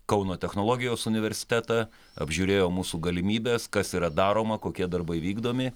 kauno technologijos universitetą apžiūrėjo mūsų galimybes kas yra daroma kokie darbai vykdomi